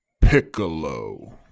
Piccolo